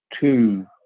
two